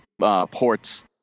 ports